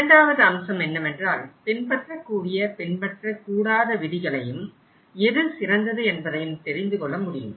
இரண்டாவது அம்சம் என்னவென்றால் பின்பற்ற வேண்டிய பின்பற்றக்கூடாத விதிகளையும் எது சிறந்தது என்பதையும் தெரிந்து கொள்ளமுடியும்